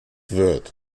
wird